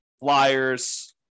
flyers